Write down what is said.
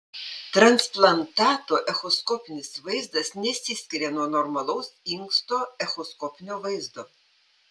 transplantato echoskopinis vaizdas nesiskiria nuo normalaus inksto echoskopinio vaizdo